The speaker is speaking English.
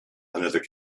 another